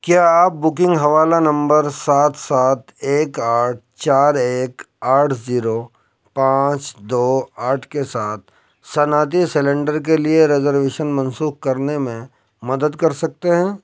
کیا آپ بکنگ حوالہ نمبر سات سات ایک آٹھ چار ایک آٹھ زیرو پانچ دو آٹھ کے ساتھ صنعتی سلنڈر کے لیے ریزرویشن منسوخ کرنے میں مدد کر سکتے ہیں